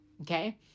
okay